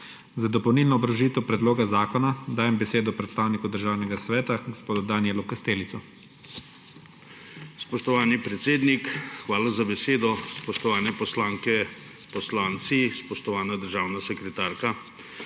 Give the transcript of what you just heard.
Za dopolnilno obrazložitev predloga zakona dajem besedo predstavniku Državnega sveta gospodu Danijelu Kastelicu. DANIJEL KASTELIC: Spoštovani predsednik, hvala za besedo. Spoštovane poslanke, poslanci, spoštovana državna sekretarka!